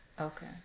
Okay